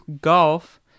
golf